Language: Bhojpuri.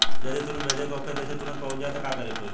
जदि तुरन्त भेजे के होखे जैसे तुरंत पहुँच जाए त का करे के होई?